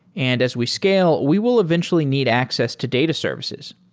and as we scale, we will eventually need access to data services.